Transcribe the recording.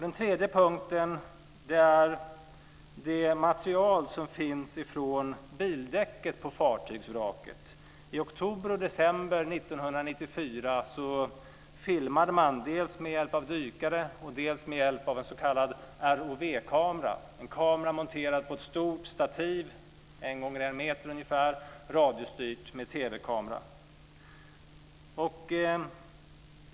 Den tredje frågan är det material som finns från bildäcket på fartygsvraket. I oktober och december 1994 filmade man dels med hjälp av dykare, dels med hjälp av en s.k. ROV kamera. Det är en TV-kamera monterad på ett stort radiostyrt stativ, ungefär en gånger en meter.